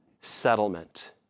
settlement